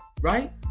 right